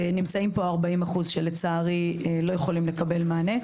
ונמצאים פה 40% שלצערי לא יכולים לקבל מענה,